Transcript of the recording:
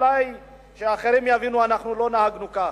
אולי אחרים יבינו שאנחנו לא נהגנו כך.